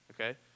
Okay